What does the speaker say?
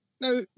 Now